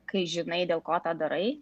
kai žinai dėl ko tą darai